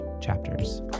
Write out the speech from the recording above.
chapters